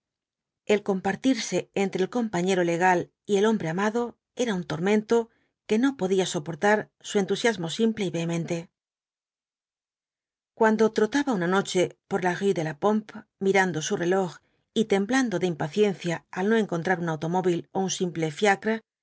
el compartirse entre el compañero legal y el hombre amado era un tormento que no podía soportar su entusiasmo simple y vehemente cuando trotaba una noche por la rué de la pompe mirando su reloj y temblando de impaciencia al no encontrar un automóvil ó un simple fiacre